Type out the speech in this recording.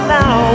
now